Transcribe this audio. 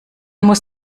muss